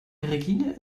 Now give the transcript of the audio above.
regine